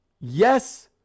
yes